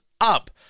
up